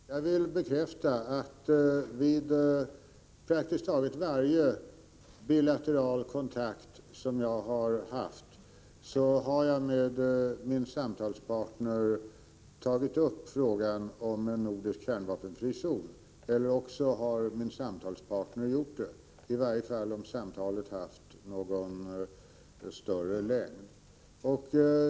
Herr talman! Jag vill bekräfta att jag vid praktiskt taget varje bilateral kontakt med min samtalspartner har tagit upp frågan om en nordisk kärnvapenfri zon, eller också har min samtalspartner gjort det, i varje fall om samtalet har varit av någon större längd.